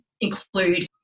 include